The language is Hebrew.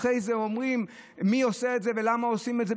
אחרי זה אומרים: מי עושה את זה ולמה עושים את זה?